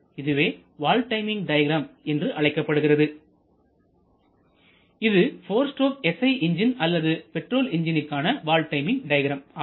இதுவே valve timing diagram என்று அழைக்கப்படுகிறது இது 4 ஸ்ட்ரோக் SI என்ஜின் அல்லது பெட்ரோல் என்ஜினிற்கான வால்வு டைமிங் டயக்ராம் ஆகும்